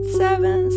seven